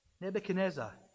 Nebuchadnezzar